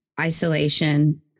isolation